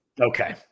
Okay